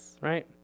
Right